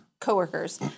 coworkers